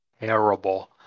terrible